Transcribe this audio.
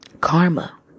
Karma